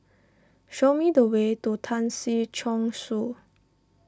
show me the way to Tan Si Chong Su